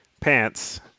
pants